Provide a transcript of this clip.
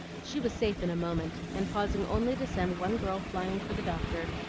she was safe in a moment, and pausing only to send one girl flying for the doctor,